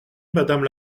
madame